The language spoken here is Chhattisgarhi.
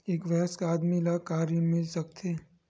एक वयस्क आदमी ला का ऋण मिल सकथे?